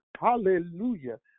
Hallelujah